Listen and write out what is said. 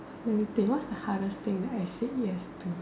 let me think what's the hardest thing I said yes to